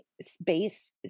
space